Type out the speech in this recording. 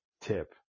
tip